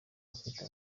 bafite